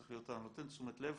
הוא צריך להיות נותן תשומת לב